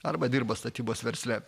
arba dirba statybos versle